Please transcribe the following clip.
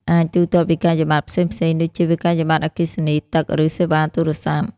អាចទូទាត់វិក្កយបត្រ ផ្សេងៗដូចជា វិក្កយបត្រអគ្គិសនី ទឹក ឬសេវាទូរស័ព្ទ។